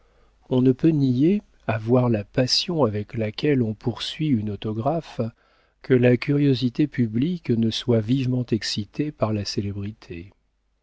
on ne peut nier à voir la passion avec laquelle on poursuit un autographe que la curiosité publique ne soit vivement excitée par la célébrité